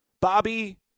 Bobby